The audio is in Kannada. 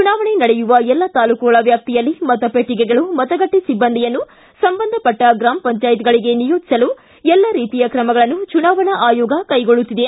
ಚುನಾವಣೆ ನಡೆಯುವ ಎಲ್ಲ ತಾಲೂಕುಗಳ ವ್ಯಾಪ್ತಿಯಲ್ಲಿ ಮತಪೆಟ್ಟಿಗೆಗಳು ಮತಗಟ್ಟೆ ಸಿಬ್ಬಂದಿಯನ್ನು ಸಂಬಂಧಪಟ್ಟ ಗ್ರಮ ಪಂಚಾಯತ್ಗಳಿಗೆ ನಿಯೋಜಿಸಲು ಎಲ್ಲ ರೀತಿಯ ಕ್ರಮಗಳನ್ನು ಚುನಾವಣಾ ಆಯೋಗ ಕೈಗೊಳ್ಳುತ್ತಿದೆ